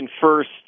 first